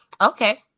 Okay